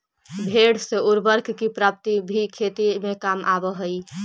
भेंड़ से उर्वरक की प्राप्ति भी खेती में काम आवअ हई